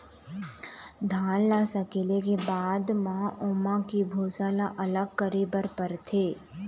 धान ल सकेले के बाद म ओमा के भूसा ल अलग करे बर परथे